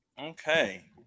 Okay